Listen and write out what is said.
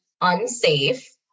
unsafe